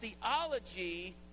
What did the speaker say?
theology